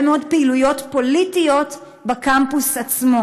מאוד פעילויות פוליטיות בקמפוס עצמו.